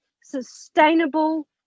sustainable